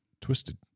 twisted